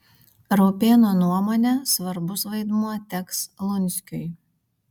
raupėno nuomone svarbus vaidmuo teks lunskiui